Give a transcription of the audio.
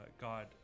God